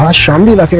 ah shamlila